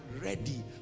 ready